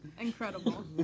incredible